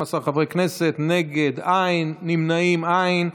12 חברי כנסת, נגד, אין, נמנעים, אין.